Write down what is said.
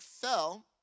fell